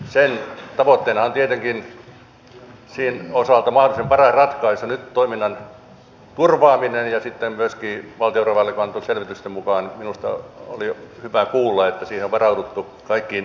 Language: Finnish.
sen tavoitteena on tietenkin sen osalta mahdollisimman hyvä ratkaisu nyt toiminnan turvaaminen ja sitten myöskin valtiovarainvaliokunnalle annettujen selvitysten mukaan minusta oli hyvä kuulla että siinä on varauduttu kaikkiin eri vaihtoehtoihin